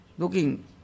Looking